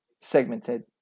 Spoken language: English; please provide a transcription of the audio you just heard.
segmented